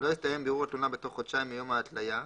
לא הסתיים בירור התלונה בתוך חודשיים מיום ההתליה,